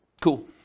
cool